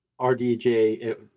RDJ